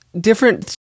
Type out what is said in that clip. different